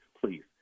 please